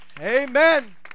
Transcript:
Amen